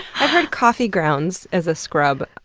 i heard coffee grounds as a scrub